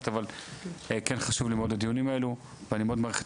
אבל כן חשוב לי הדיונים האלו ואני מעריך את